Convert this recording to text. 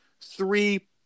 three